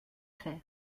faire